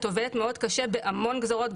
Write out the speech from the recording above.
את עובדת מאוד קשה בהמון גזרות,